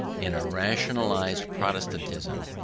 in a rationalised protestantism,